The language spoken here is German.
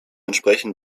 entsprechen